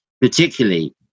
particularly